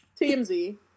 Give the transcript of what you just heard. TMZ